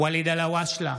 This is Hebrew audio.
ואליד אלהואשלה,